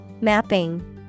Mapping